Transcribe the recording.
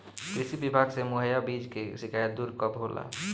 कृषि विभाग से मुहैया बीज के शिकायत दुर कब होला?